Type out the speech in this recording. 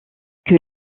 que